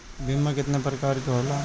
बीमा केतना प्रकार के होला?